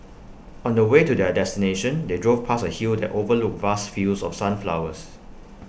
on the way to their destination they drove past A hill that overlooked vast fields of sunflowers